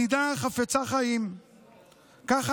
מדינה חפצת חיים אנחנו,